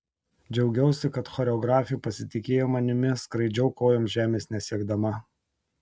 džiaugiausi kad choreografė pasitikėjo manimi skraidžiau kojom žemės nesiekdama